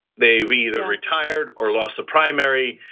they um either and retired or lost the primary,